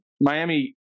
Miami